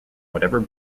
whatever